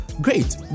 Great